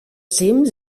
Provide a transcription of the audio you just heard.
cims